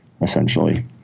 essentially